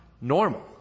normal